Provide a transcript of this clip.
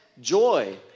joy